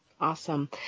Awesome